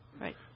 Right